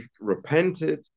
repented